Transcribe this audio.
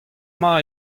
mañ